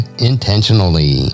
intentionally